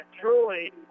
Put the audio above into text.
truly